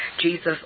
Jesus